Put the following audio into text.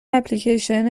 اپلیکیشن